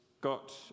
got